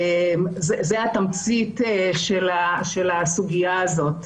זו התמצית של הסוגיה הזו.